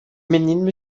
menino